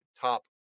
top